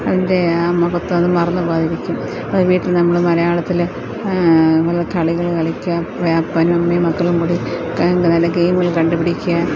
അതിൻ്റെ ആ മഹത്വം അത് മറന്നു പോകാതിരിക്കും അത് വീട്ടില് നമ്മള് മലയാളത്തില് നമ്മള് കളികള് കളിക്കാം അപ്പനും അമ്മയും മക്കളും കൂടി നല്ല ഗേമുകൾ കണ്ടുപിടിക്കാം